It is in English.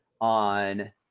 on